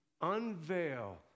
unveil